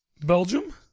Belgium